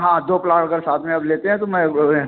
हाँ दो प्लॉट अगर साथ में आप लेते है तो मैं